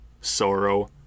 sorrow